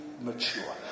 mature